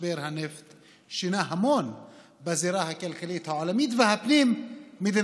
משבר הנפט שינה המון בזירה הכלכלית העולמית והפנים-מדינתית.